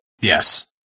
Yes